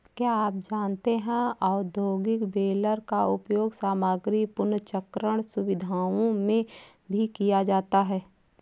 क्या आप जानते है औद्योगिक बेलर का उपयोग सामग्री पुनर्चक्रण सुविधाओं में भी किया जाता है?